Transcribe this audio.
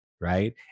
right